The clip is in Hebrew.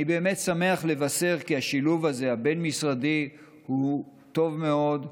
אני באמת שמח לבשר כי השילוב הבין-משרדי הזה הוא טוב מאוד.